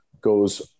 goes